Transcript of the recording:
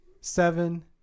seven